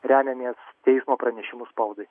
remiamės teismo pranešimu spaudai